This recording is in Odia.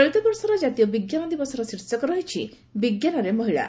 ଚଳିତବର୍ଷର କାତୀୟ ବିଙ୍କାନ ଦିବସର ଶୀର୍ଷକ ରହିଛି ବିଙ୍କାନରେ ମହିଳା